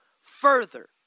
further